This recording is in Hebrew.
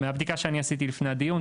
מהבדיקה שעשיתי לפני הדיון,